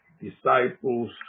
disciples